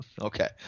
okay